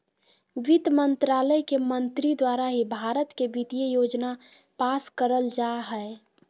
वित्त मन्त्रालय के मंत्री द्वारा ही भारत के वित्तीय योजना पास करल जा हय